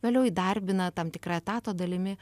vėliau įdarbina tam tikra etato dalimi